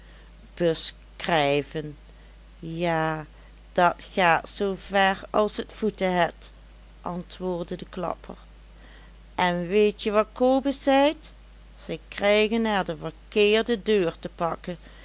beskrijven ja dat gaat zoover as t voeten het antwoordde de klapper en weet je wat kobus zeit ze krijgen er de verkeerde deur te pakken